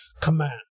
command